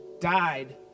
died